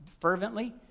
fervently